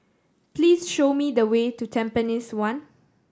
please show me the way to Tampines One